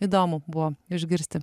įdomu buvo išgirsti